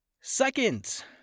Second